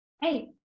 hey